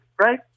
right